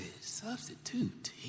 substitute